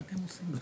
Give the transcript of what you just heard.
מה אתם עושים?